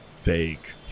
fake